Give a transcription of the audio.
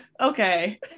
Okay